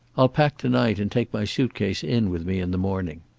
i'll pack to-night, and take my suitcase in with me in the morning.